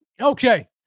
Okay